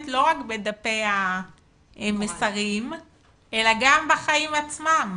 לא רק בדפי המסרים אלא גם בחיים עצמם.